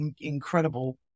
incredible